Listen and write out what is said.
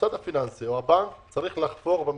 הבנק צריך לחפור במסמכים,